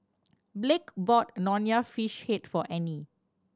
Blake bought Nonya Fish Head for Annie